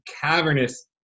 cavernous